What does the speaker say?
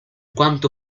quanto